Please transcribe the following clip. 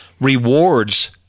rewards